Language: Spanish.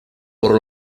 por